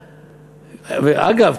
ואגב,